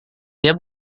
dia